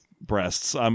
breasts